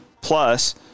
Plus